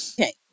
Okay